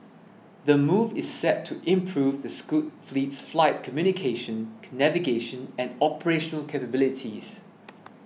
the move is set to improve the scoot fleet's fly communication navigation and operational capabilities